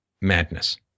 madness